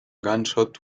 gunshot